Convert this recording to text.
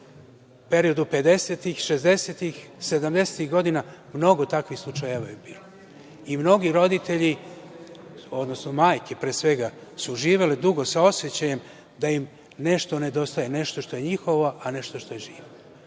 periodu 50-ih, 60-ih, 70-ih godina mnogo takvih slučajeva je bilo i mnogi roditelji, odnosno majke, pre svega, su živele dugo sa osećajem da im nešto nedostaje, nešto što je njihovo, a nešto što je živo.